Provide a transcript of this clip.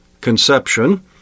conception